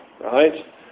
right